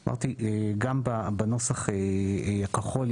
גם בנוסח הכחול,